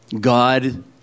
God